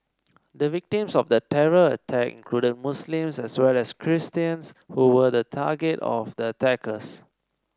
the victims of the terror attack included Muslims as well as Christians who were the target of the attackers